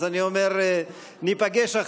אז אני אומר: ניפגש